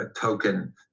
token